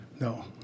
No